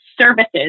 services